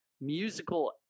Musical